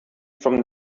from